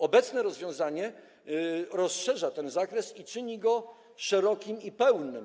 Obecne rozwiązanie rozszerza ten zakres i czyni go praktycznie pełnym.